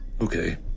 Okay